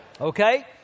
okay